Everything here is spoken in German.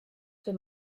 für